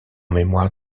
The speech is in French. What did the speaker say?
mémoire